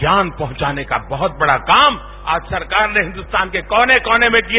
ज्ञान पहुचाने का बहुत बडा काम आज सरकारने हिंदुस्थान के कोने कोने मे किया